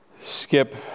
skip